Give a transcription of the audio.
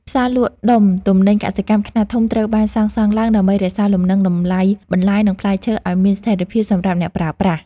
ផ្សារលក់ដុំទំនិញកសិកម្មខ្នាតធំត្រូវបានសាងសង់ឡើងដើម្បីរក្សាលំនឹងតម្លៃបន្លែ និងផ្លែឈើឱ្យមានស្ថិរភាពសម្រាប់អ្នកប្រើប្រាស់។